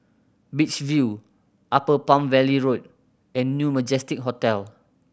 Beach View Upper Palm Valley Road and New Majestic Hotel